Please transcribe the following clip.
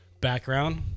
background